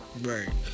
Right